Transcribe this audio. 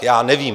Já nevím.